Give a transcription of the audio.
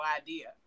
idea